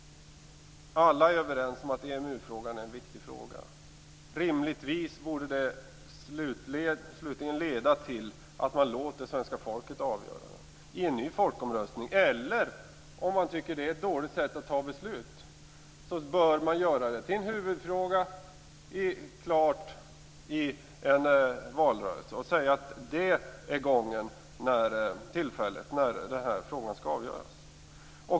Alla är överens om att EMU-frågan är en viktig fråga. Rimligtvis borde det slutligen leda till att man låter svenska folket avgöra i en folkomröstning. Om man tycker att det är ett dåligt sätt att ta beslut bör man göra det till en huvudfråga i en valrörelse och säga att det är gången när de här frågorna skall avgöras.